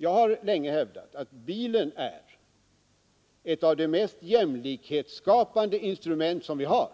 Jag har länge hävdat att personbilen är ett av de mest jämlikhetsskapande instrument som vi har,